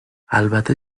البته